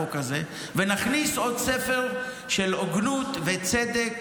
ונכניס עוד ספר של הוגנות וצדק